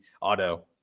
auto